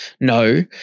No